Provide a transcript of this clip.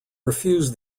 refused